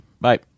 Bye